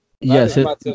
Yes